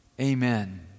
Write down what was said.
amen